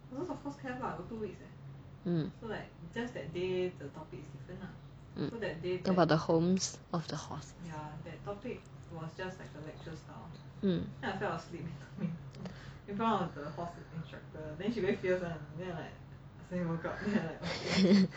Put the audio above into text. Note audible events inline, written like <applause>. hmm hmm about the homes of the horse hmm <laughs>